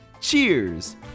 cheers